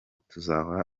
tuzahora